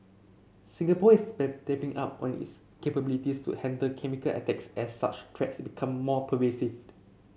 Singapore is bed up on its capabilities to handle chemical attacks as such threats become more pervasive